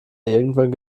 irgendwann